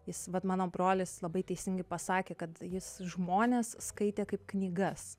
jis vat mano brolis labai teisingai pasakė kad jis žmones skaitė kaip knygas